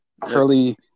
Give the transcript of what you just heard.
curly